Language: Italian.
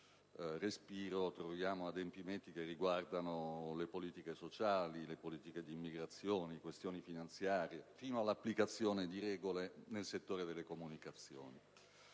respiro, troviamo adempimenti che riguardano politiche sociali ed immigrazione, questioni finanziarie, fino all'applicazione di regole nel settore delle comunicazioni.